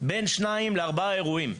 בשניים עד ארבעה אירועים.